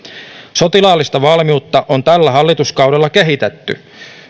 sotilaallista valmiutta on tällä hallituskaudella kehitetty